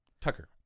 Tucker